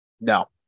no